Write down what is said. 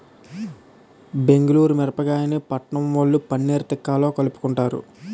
బెంగుళూరు మిరపకాయని పట్నంవొళ్ళు పన్నీర్ తిక్కాలో కలుపుకుంటారు